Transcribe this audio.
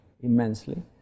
immensely